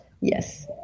Yes